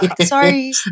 sorry